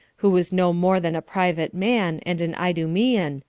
who was no more than a private man, and an idumean,